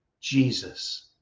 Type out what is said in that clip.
Jesus